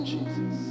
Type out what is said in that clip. Jesus